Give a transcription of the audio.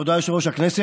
תודה, יושב-ראש הכנסת.